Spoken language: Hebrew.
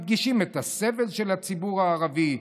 מדגישים את הסבל של הציבור הערבי.